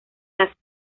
las